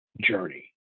journey